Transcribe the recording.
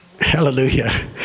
Hallelujah